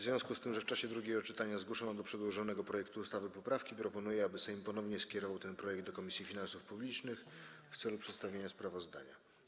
W związku z tym, że w czasie drugiego czytania zgłoszono do przedłożonego projektu ustawy poprawki, proponuję, aby Sejm ponownie skierował ten projekt do Komisji Finansów Publicznych w celu przedstawienia sprawozdania.